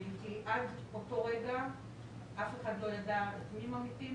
כי עד אותו רגע אף אחד לא ידע את מי ממיתים,